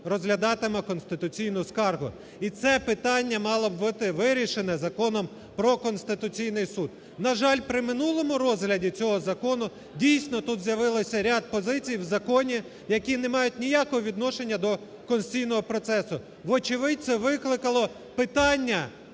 розглядатиме конституційну скаргу. І це питання мало б бути вирішене Законом про Конституційний Суд. На жаль, при минулому розгляді цього закону, дійсно, тут з'явилося ряд позицій в законі, які не мають ніякого відношення до конституційного процесу. Вочевидь це викликало питання